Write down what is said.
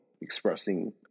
expressing